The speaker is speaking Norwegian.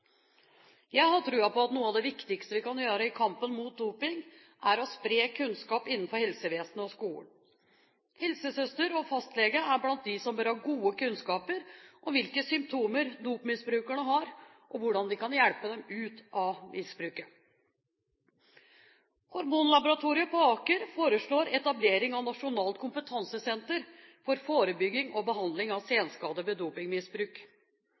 Jeg har tro på at noe av det viktigste vi kan gjøre i kampen mot doping, er å spre kunnskap innenfor helsevesenet og skolen. Helsesøster og fastlege er blant dem som bør ha gode kunnskaper om hvilke symptomer dopmisbrukere har, og hvordan de kan hjelpe dem ut av misbruket. Hormonlaboratoriet på Aker foreslår etablering av et nasjonalt kompetansesenter for forebygging og behandling av senskader ved dopingmisbruk.